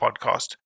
podcast